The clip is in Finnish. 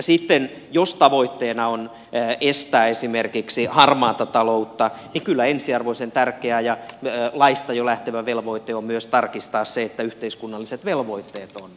sitten jos tavoitteena on estää esimerkiksi harmaata taloutta kyllä ensiarvoisen tärkeä ja jo laista lähtevä velvoite on myös tarkistaa se että yhteiskunnalliset velvoitteet on täytetty